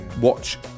watch